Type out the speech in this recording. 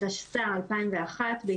התשס"א 2001 (להלן,